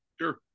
Sure